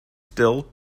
still